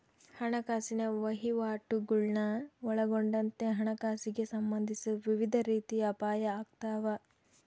ಹಣಕಾಸಿನ ವಹಿವಾಟುಗುಳ್ನ ಒಳಗೊಂಡಂತೆ ಹಣಕಾಸಿಗೆ ಸಂಬಂಧಿಸಿದ ವಿವಿಧ ರೀತಿಯ ಅಪಾಯ ಆಗ್ತಾವ